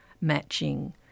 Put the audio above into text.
matching